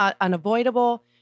unavoidable